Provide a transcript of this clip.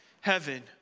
heaven